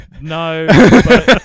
No